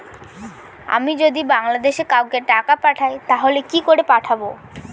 আমি যদি বাংলাদেশে কাউকে টাকা পাঠাই তাহলে কি করে পাঠাবো?